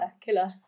killer